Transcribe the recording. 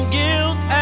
guilt